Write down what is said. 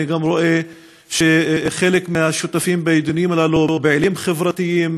אני גם רואה שחלק מהמשתתפים בדיונים הללו הם פעילים חברתיים,